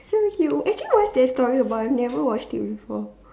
seriously actually what's that story about I've never watched it before